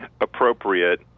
appropriate